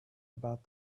about